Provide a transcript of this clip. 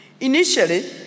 Initially